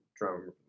drum